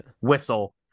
Whistle